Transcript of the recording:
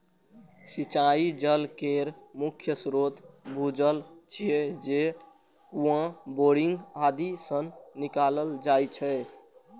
सिंचाइ जल केर मुख्य स्रोत भूजल छियै, जे कुआं, बोरिंग आदि सं निकालल जाइ छै